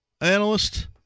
analyst